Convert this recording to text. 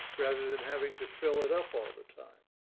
rather than having to fill it up all the time,